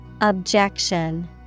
Objection